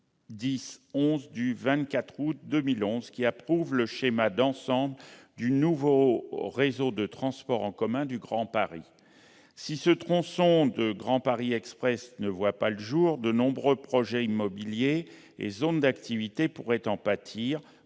2011-1011 du 24 août 2011, qui approuve le schéma d'ensemble du nouveau réseau de transports en commun du Grand Paris. Si ce tronçon du Grand Paris Express ne voyait pas le jour, de nombreux projets immobiliers et zones d'activités pourraient en pâtir